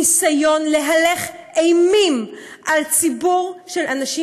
ניסיון להלך אימים על ציבור של אנשים